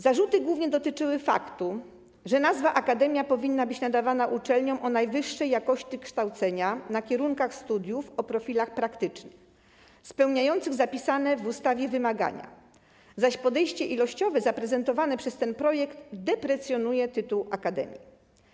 Zarzuty głównie dotyczyły faktu, że nazwa „akademia” powinna być nadawana uczelniom o najwyższej jakości kształcenia na kierunkach studiów o profilach praktycznych, spełniających zapisane w ustawie wymagania, zaś podejście ilościowe zaprezentowane przez ten projekt deprecjonuje tytuł akademii.